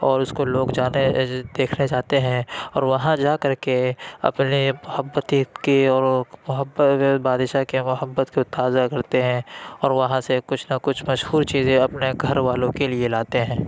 اور اِس کو لوگ جانے دیکھنے جاتے ہیں اور وہاں جا کر کے اپنے محبتیں کی اور محبت بادشاہ کے محبت کو تازہ کرتے ہیں اور وہاں سے کچھ نہ کچھ مشہور چیزیں اپنے گھر والوں کے لیے لاتے ہیں